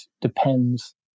depends